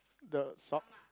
the sock